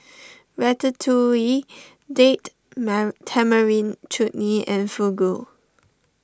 Ratatouille Date Man Tamarind Chutney and Fugu